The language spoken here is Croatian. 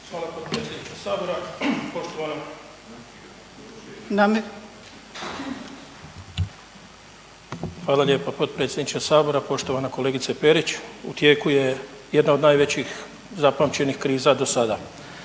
lijepo potpredsjedniče sabora. Poštovana kolegice Perić, u tijeku je jedna od najvećih zapamćenih kriza dosada.